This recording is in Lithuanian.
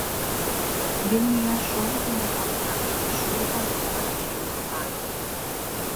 vilniuje šiuolaikinė opera apie šiurpią baltramiejaus naktį